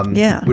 um yeah, but